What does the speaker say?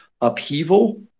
upheaval